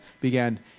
began